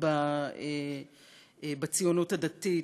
בציונות הדתית,